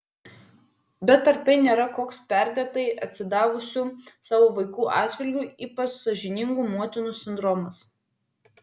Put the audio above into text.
bet ar tai nėra koks perdėtai atsidavusių savo vaikų atžvilgiu ypač sąžiningų motinų sindromas